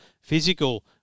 physical